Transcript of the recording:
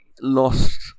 lost